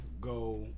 go